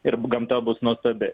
ir gamta bus nuostabi